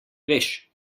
veš